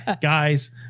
Guys